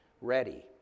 ready